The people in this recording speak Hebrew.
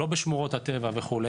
לא בשמורות הטבע וכו'